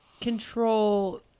control